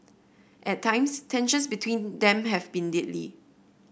at times tensions between them have been deadly